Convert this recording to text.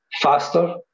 faster